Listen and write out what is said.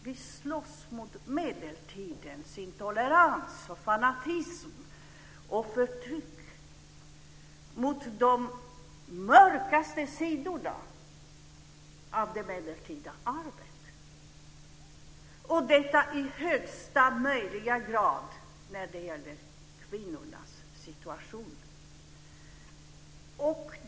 Vi slåss mot medeltidens intolerans, fanatism och förtryck, mot de mörkaste sidorna av det medeltida arvet - och detta i högsta möjliga grad när det gäller kvinnornas situation.